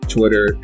Twitter